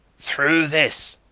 through this.